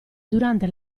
durante